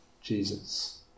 Jesus